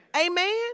Amen